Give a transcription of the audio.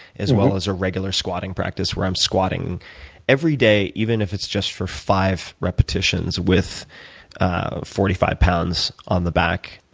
as well as a regular squatting practice, where i'm squatting every day, even if it's just for five repetitions with ah forty five pounds on the back,